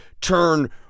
turn